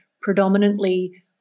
predominantly